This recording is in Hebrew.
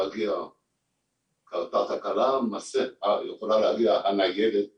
קרתה תקלה, יכולה להגיע הניידת המתאימה,